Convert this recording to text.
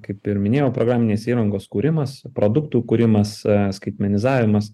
kaip ir minėjau programinės įrangos kūrimas produktų kūrimas skaitmenizavimas